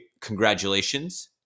congratulations